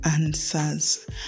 answers